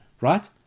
Right